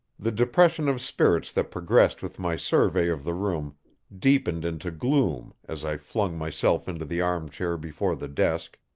the depression of spirits that progressed with my survey of the room deepened into gloom as i flung myself into the arm-chair before the desk,